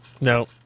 No